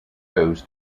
goes